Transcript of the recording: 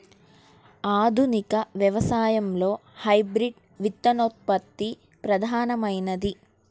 ఆధునిక వ్యవసాయంలో హైబ్రిడ్ విత్తనోత్పత్తి ప్రధానమైనది